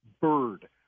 Bird